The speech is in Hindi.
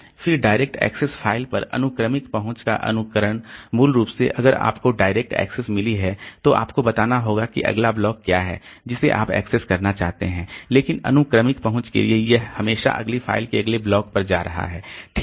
फिर डायरेक्ट एक्सेस फ़ाइल पर अनुक्रमिक पहुंच का अनुकरण मूल रूप से अगर आपको डायरेक्ट एक्सेस मिली है तो आपको बताना होगा कि अगला ब्लॉक क्या है जिसे आप एक्सेस करना चाहते हैं लेकिन अनुक्रमिक पहुँच के लिए यह हमेशा अगली फ़ाइल के अगले ब्लॉक पर जा रहा है ठीक है